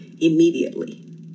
immediately